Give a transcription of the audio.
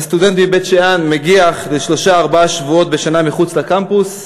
הסטודנט מבית-שאן מגיח לשלושה-ארבעה שבועות בשנה מחוץ לקמפוס,